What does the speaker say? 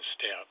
step